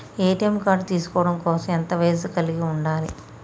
ATM card తీసుకోవడం కోసం ఎంత వయస్సు కలిగి ఉండాలి?